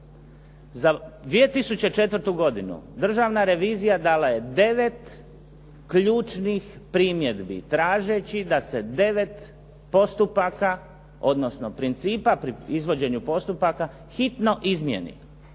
Za 2004. godinu Državna revizija dala je 9 ključnih primjedbi tražeći da se 9 postupaka, odnosno principa pri izvođenju postupaka hitno izmijeni.